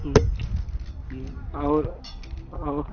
हम्म हम्म और और